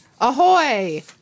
Ahoy